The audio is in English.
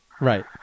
Right